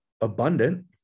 abundant